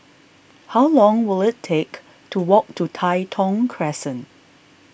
how long will it take to walk to Tai Thong Crescent